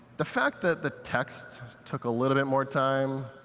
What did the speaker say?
the fact that the text took a little bit more time,